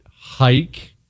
hike